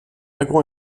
agro